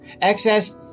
excess